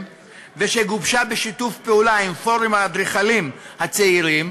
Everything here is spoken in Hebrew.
גובשה בשיתוף פעולה עם פורום האדריכלים הצעירים